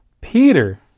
Peter